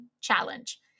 Challenge